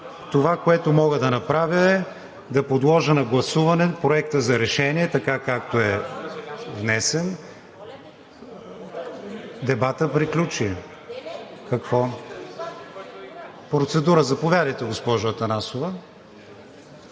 това, което мога да направя, е да подложа на гласуване Проекта за решение, така както е внесен. Дебатът приключи. Процедура? Заповядайте, госпожо Атанасова.